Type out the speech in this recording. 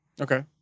Okay